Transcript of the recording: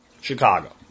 Chicago